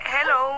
Hello